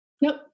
nope